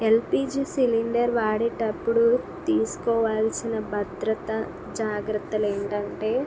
LPG cylinder వాడేటప్పుడు తీసుకోవలసిన భద్రత జాగ్రత్తలు ఏంటంటే